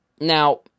now